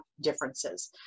differences